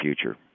future